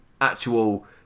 actual